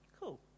Cool